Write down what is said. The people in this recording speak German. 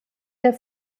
der